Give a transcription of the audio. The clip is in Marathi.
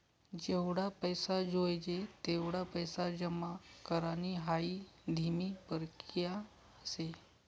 जेवढा पैसा जोयजे तेवढा पैसा जमा करानी हाई धीमी परकिया शे